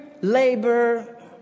labor